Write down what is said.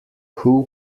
who